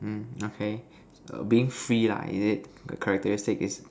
mm okay err being free lah is it the characteristic is